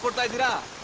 but but